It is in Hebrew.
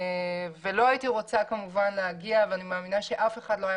לא הייתי רוצה להגיע ואני מאמינה שאף אחד לא היה